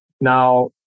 Now